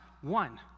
one